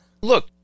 look